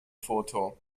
foto